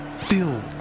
Filled